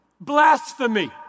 blasphemy